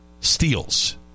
steals